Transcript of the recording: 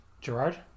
Gerard